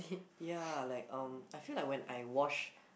ya like um I feel like when I wash